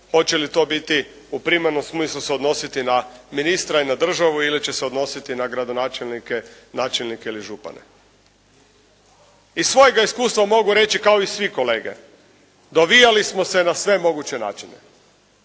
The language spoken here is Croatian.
hoće li to biti u primarnom smislu se odnositi na ministra i na državu ili će se odnositi na gradonačelnike, načelnike ili županije. Iz svojega iskustva mogu reći kao i svi kolege, dovijali smo se na sve moguće načine.